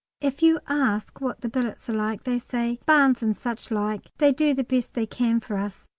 if you ask what the billets are like, they say, barns and suchlike they do the best they can for us.